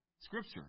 Scripture